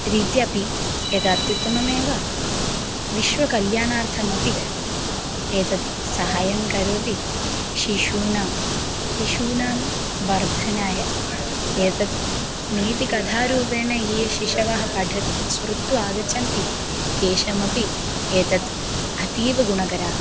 रीत्यापि एतदुत्तममेव विश्वकल्याणार्थमपि एतत् सहाय्यं करोति शिशूनां शिशूनां वर्धनाय एतत् नीतिकथारूपेण ये शिशवः पठत् स्मृत्वा आगच्छन्ति तेषामपि एतत् अतीव गुणकरम्